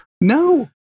No